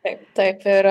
taip taip ir